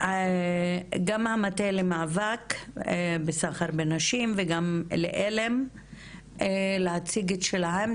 מהמטה למאבק בסחר בנשים וגם מעלם להציג את שלהם,